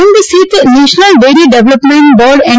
આણંદ સ્થિત national dairy development board N